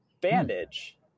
bandage